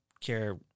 care